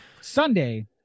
sunday